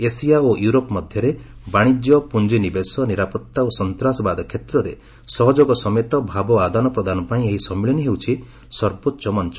Asia ଓ Europe ମଧ୍ୟରେ ବାଣିଜ୍ୟ ପୁଞ୍ଜିନିବେଶ ନିରାପତ୍ତା ଓ ସନ୍ତାସବାଦ କ୍ଷେତ୍ରରେ ସହଯୋଗ ସମେତ ଭାବ ଆଦାନ ପ୍ରଦାନ ପାଇଁ ଏହି ସମ୍ମିଳନୀ ହେଉଛି ସର୍ବୋଚ୍ଚ ମଞ୍ଚ